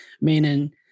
meaning